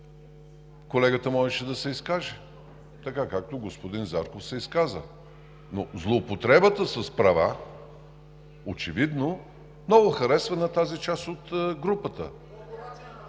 Колегата можеше да се изкаже така, както господин Зарков се изказа, но злоупотребата с права очевидно много се харесва на тази част от група.